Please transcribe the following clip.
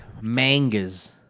mangas